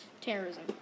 terrorism